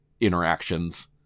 interactions